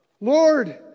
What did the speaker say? Lord